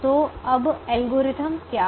तो अब एल्गोरिथ्म क्या है